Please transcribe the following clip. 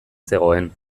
zegoen